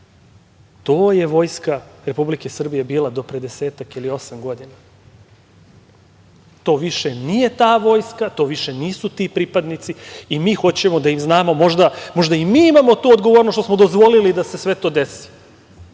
To je vojska Republike Srbije bila do pre desetak ili osam godina. To više nije ta vojska, to više nisu ti pripadnici i mi hoćemo da znamo, možda i mi imamo tu odgovornost što smo dozvolili da se sve to desi. Možda